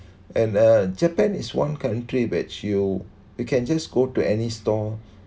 and uh japan is one country which you you can just go to any store